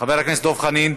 חבר הכנסת דב חנין,